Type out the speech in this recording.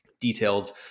details